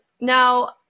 Now